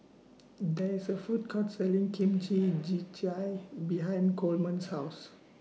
There IS A Food Court Selling Kimchi Jjigae behind Coleman's House